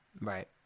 Right